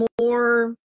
more